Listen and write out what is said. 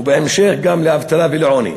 ובהמשך גם לאבטלה ולעוני,